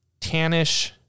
tannish